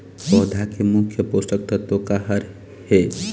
पौधा के मुख्य पोषकतत्व का हर हे?